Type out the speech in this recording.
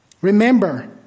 Remember